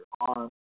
arm